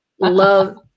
love